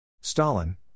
Stalin